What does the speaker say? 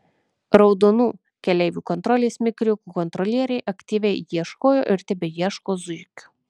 raudonų keleivių kontrolės mikriukų kontrolieriai aktyviai ieškojo ir tebeieško zuikių